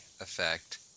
effect